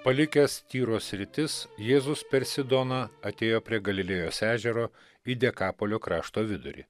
palikęs tyro sritis jėzus per sidoną atėjo prie galilėjos ežero į dekapolio krašto vidurį